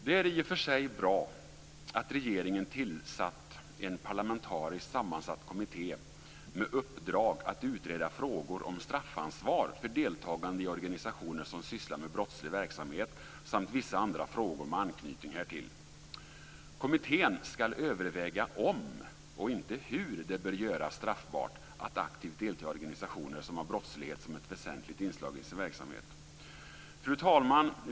Det är i och för sig bra att regeringen tillsatt en parlamentariskt sammansatt kommitté med uppdrag att utreda frågor om straffansvar för deltagande i organisationer som sysslar med brottslig verksamhet samt vissa andra frågor med anknytning härtill. Kommittén ska överväga om och inte hur det bör göras straffbart att aktivt delta i organisationer som har brottslighet som ett väsentligt inslag i sin verksamhet. Fru talman!